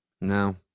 No